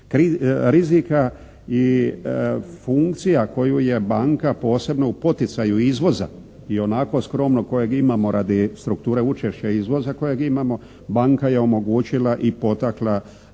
rizika i funkcija koju je banka posebno u poticaju izvoza ionako skromno kojeg imamo radi strukture učešća izvoza kojeg imamo. Banka je omogućila i potakla